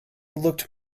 looked